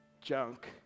junk